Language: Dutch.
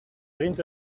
vriend